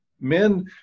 Men